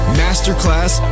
masterclass